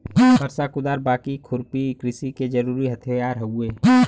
फरसा, कुदार, बाकी, खुरपी कृषि के जरुरी हथियार हउवे